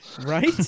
right